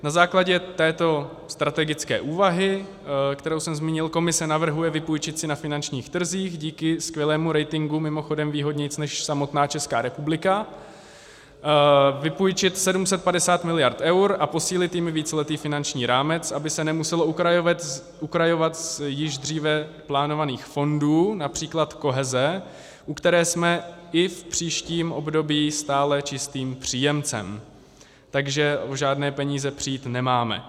Na základě této strategické úvahy, kterou jsem zmínil, Komise navrhuje vypůjčit si na finančních trzích díky skvělému ratingu, mimochodem výhodněji než samotná Česká republika, vypůjčit 750 miliard eur a posílit jimi víceletý finanční rámec, aby se nemuselo ukrajovat z již dříve plánovaných fondů, například koheze, u které jsme i v příštím období stále čistým příjemcem, takže o žádné peníze přijít nemáme.